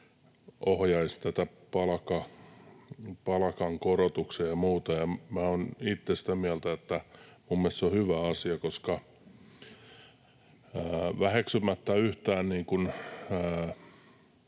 ohjaisivat palkankorotuksia ja muuta. Minä olen itse sitä mieltä, että minun mielestäni se on hyvä asia, koska väheksymättä yhtään